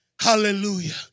Hallelujah